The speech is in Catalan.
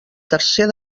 tercer